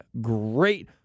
great